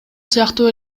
сыяктуу